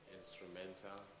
instrumental